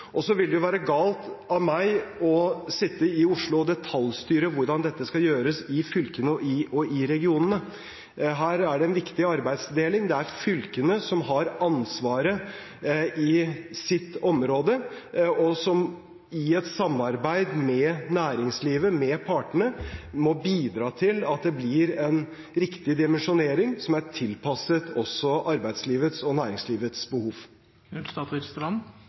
detaljstyre hvordan dette skal gjøres i fylkene og i regionene. Her er det en viktig arbeidsdeling. Det er fylkene som har ansvaret i sitt område, og som i samarbeid med næringslivet, med partene, må bidra til en riktig dimensjonering, som er tilpasset også arbeidslivets og næringslivets